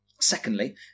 Secondly